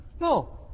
No